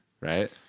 right